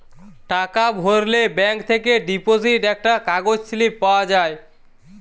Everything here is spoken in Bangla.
টাকা ভরলে ব্যাঙ্ক থেকে ডিপোজিট একটা কাগজ স্লিপ পাওয়া যায়